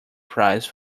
prize